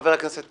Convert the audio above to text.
חבר הכנסת